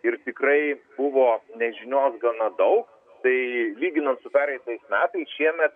ir tikrai buvo nežinios gana daug tai lyginant su pereitais metais šiemet